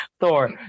Thor